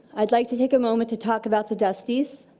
i'd like to take a moment to talk about the dustys.